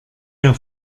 der